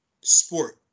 sport